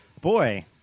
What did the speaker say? Boy